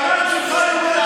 זאת ההצהרה,